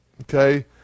okay